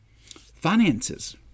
finances